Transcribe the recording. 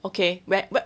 okay where wh~